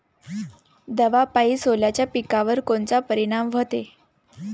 दवापायी सोल्याच्या पिकावर कोनचा परिनाम व्हते?